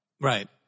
Right